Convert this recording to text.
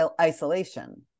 isolation